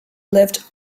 lift